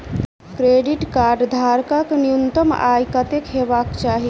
Credit card धारक कऽ न्यूनतम आय कत्तेक हेबाक चाहि?